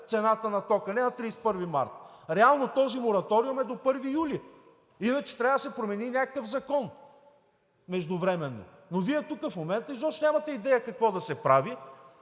цената на тока, а не от 31 март. Реално този мораториум е до 1 юли. Иначе трябва да се промени някакъв закон междувременно. Но Вие тук в момента изобщо нямате идея какво да се прави,